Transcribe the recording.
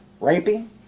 raping